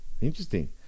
interesting